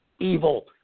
evil